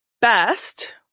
best